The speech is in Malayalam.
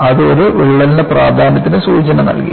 അത് ഒരു വിള്ളലിന്റെ പ്രാധാന്യത്തിനു സൂചന നൽകി